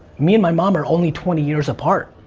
me and my mom are only twenty years apart.